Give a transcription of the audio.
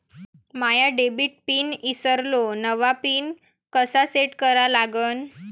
माया debit PIN ईसरलो, नवा PIN कसा सेट करा लागन?